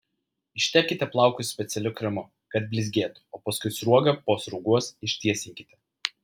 ištepkite plaukus specialiu kremu kad blizgėtų o paskui sruoga po sruogos ištiesinkite